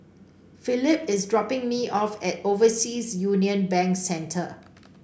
Philip is dropping me off at Overseas Union Bank Centre